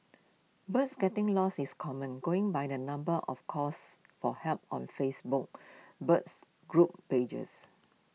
birds getting lost is common going by the number of calls for help on Facebook birds group pages